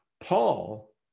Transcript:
Paul